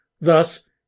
Thus